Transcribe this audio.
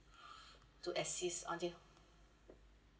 to assist on the